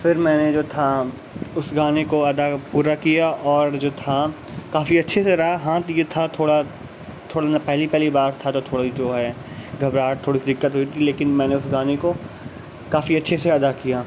پھر میں نے جو تھا اس گانے کو ادا پورا کیا اور جو تھا کافی اچھے سے گایا ہاں تو یہ تھا تھوڑا تھولنا پہلی پہلی بار تھا تو تھوڑی جو ہے گھبراہٹ تھوڑی دقت ہو رہی تھی لیکن میں نے اس گانے کو کافی اچھے سے ادا کیا